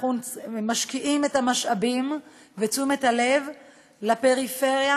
אנחנו משקיעים את המשאבים ואת תשומת הלב בפריפריה,